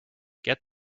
get